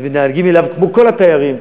מתנהגים אליו כמו אל כל התיירים.